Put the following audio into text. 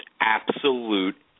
absolute